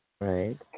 Right